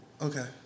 Okay